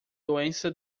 doença